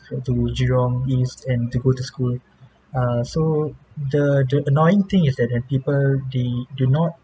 to jurong east and to go to school uh so the the annoying thing is that when people they do not